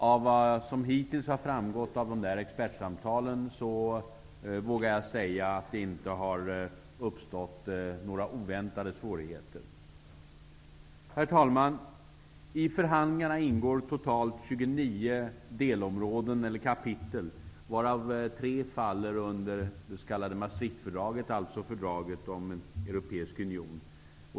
Av vad som hittills har framgått av dessa expertsamtal vågar jag säga att det inte har uppstått några oväntade svårigheter. Herr talman! I förhandlingarna ingår totalt 29 delområden, eller kapitel, varav 3 faller under det s.k. Maastrichtfördraget -- fördraget om en europeisk union.